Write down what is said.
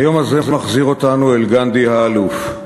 היום הזה מחזיר אותנו אל גנדי האלוף,